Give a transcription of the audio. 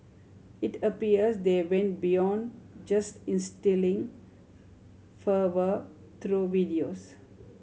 it appears they went beyond just instilling fervour through videos